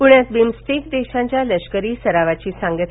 पूण्यात बिमस्टेक देशांच्या लष्करी सरावाची सांगता